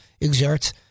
exerts